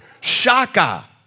Shaka